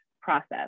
process